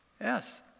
Yes